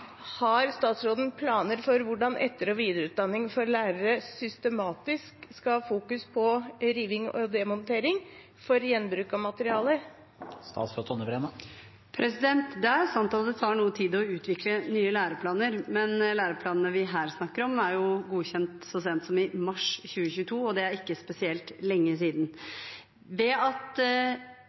Har statsråden planer for hvordan etter- og videreutdanning for lærere systematisk skal fokusere på riving og demontering for gjenbruk av materialer? Det er sant at det tar noe tid å utvikle nye læreplaner, men læreplanene vi her snakker om, er godkjent så sent som i mars 2022, og det er ikke spesielt lenge siden. Ved at